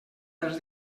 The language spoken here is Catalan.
dels